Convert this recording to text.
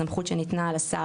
בסמכות שניתנה לשר